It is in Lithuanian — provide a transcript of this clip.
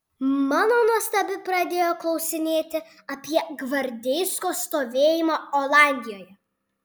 mano nuostabai pradėjo klausinėti apie gvardeisko stovėjimą olandijoje